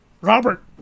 Robert